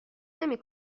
نمی